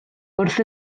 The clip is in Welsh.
wrth